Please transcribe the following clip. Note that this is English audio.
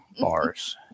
bars